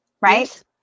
Right